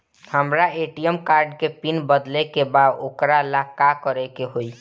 हमरा ATM card के pin बदले के बा वोकरा ला का करे के होई?